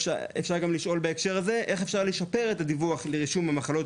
אפשר גם לשאול בהקשר הזה איך אפשר לשפר את הדיווח לרישום המחלות